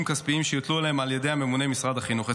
כספיים שיוטלו עליהם על ידי הממונה ממשרד החינוך.